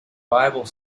bible